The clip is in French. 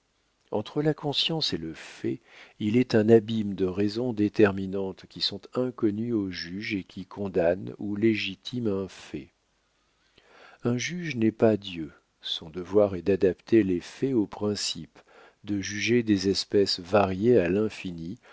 entre la conscience et le fait il est un abîme de raisons déterminantes qui sont inconnues au juge et qui condamnent ou légitiment un fait un juge n'est pas dieu son devoir est d'adapter les faits aux principes de juger des espèces variées à l'infini